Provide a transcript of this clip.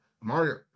Mario